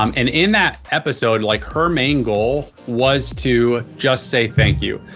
um and in that episode, like her main goal was to just say thank you.